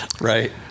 right